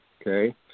Okay